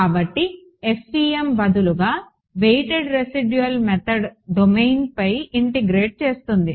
కాబట్టి FEM బదులుగా weighted residual method డొమైన్పై ఇంటిగ్రేట్ చేస్తుంది